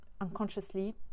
unconsciously